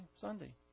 Sunday